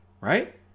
right